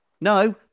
No